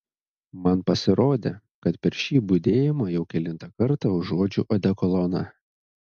man pasirodė kad per šį budėjimą jau kelintą kartą užuodžiu odekoloną